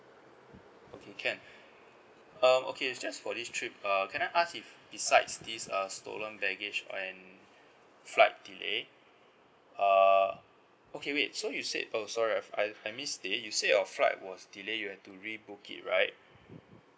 okay can uh okay just for this trip uh can I ask if besides this err stolen baggage and flight delay uh okay wait so you say oh sorry I I miss it you say your flight was delayed you have to re-booked it right